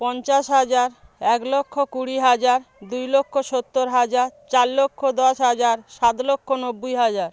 পঞ্চাশ হাজার এক লক্ষ কুড়ি হাজার দুই লক্ষ সত্তর হাজার চার লক্ষ দশ হাজার সাত লক্ষ নব্বই হাজার